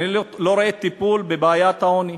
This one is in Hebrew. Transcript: אני לא רואה טיפול בבעיית העוני,